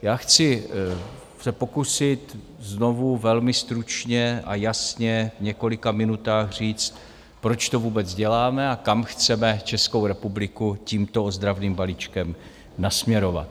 Já chci se pokusit znovu velmi stručně a jasně v několika minutách říct, proč to vůbec děláme a kam chceme Českou republiku tímto ozdravným balíčkem nasměrovat.